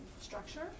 structure